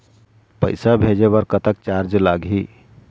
पैसा भेजे बर कतक चार्ज लगही?